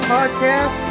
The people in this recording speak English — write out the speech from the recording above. Podcast